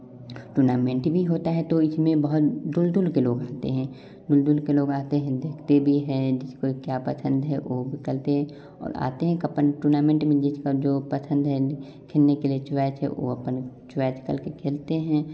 tournament भी होता है तो उसमें बहुत दूर दूर के लोग आते हैं दूर दूर के लोग आते हैं देखते भी है जिसको क्या पसंद है वह विकल्प और आते हैं कपन टूर्नामेंट भी जस फर जो पसंद है खेलने के लिए जो आज वह अपन जो आज कल के खेलते हैं